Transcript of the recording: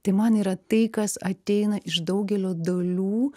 tai man yra tai kas ateina iš daugelio dalių